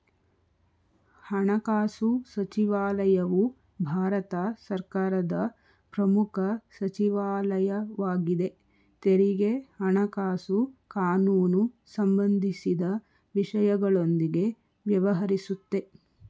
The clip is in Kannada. ಹಣಕಾಸು ಸಚಿವಾಲಯವು ಭಾರತ ಸರ್ಕಾರದ ಪ್ರಮುಖ ಸಚಿವಾಲಯವಾಗಿದೆ ತೆರಿಗೆ ಹಣಕಾಸು ಕಾನೂನು ಸಂಬಂಧಿಸಿದ ವಿಷಯಗಳೊಂದಿಗೆ ವ್ಯವಹರಿಸುತ್ತೆ